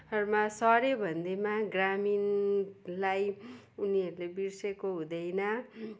सहरमा सऱ्यो भन्दैमा ग्रामिणलाई उनीहरूले बिर्सिएको हुँदैन